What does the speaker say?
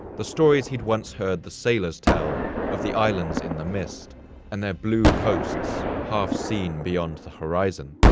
the stories he'd once heard the sailors tell of the islands in the mist and their blue coasts half-seen beyond the horizon.